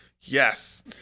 yes